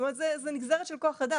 זה נגזרת של כוח אדם.